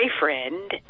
boyfriend